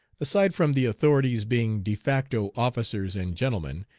aside from the authorities being de facto officers and gentlemen,